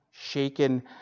Shaken